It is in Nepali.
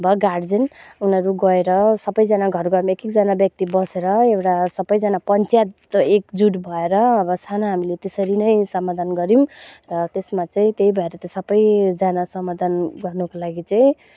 भयो गार्जियन उनीहरू गएर सबैजना घरघरमा एकएकजना व्यक्ति बसेर एउटा सबैजना पञ्चायत एकजुट भएर अब साना हामीले त्यसरी नै समाधान गऱ्यौँ र त्यसमा चाहिँ त्यही भएर त सबैजना समाधान गर्नुको लागि चाहिँ